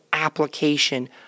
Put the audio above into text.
application